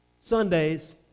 Sundays